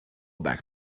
back